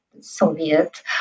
Soviet